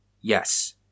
yes